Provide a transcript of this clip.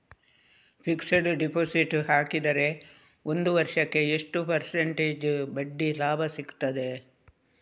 Fixed deposit ಹಾಕಿದರೆ ಒಂದು ವರ್ಷಕ್ಕೆ ಎಷ್ಟು ಪರ್ಸೆಂಟೇಜ್ ಬಡ್ಡಿ ಲಾಭ ಸಿಕ್ತದೆ?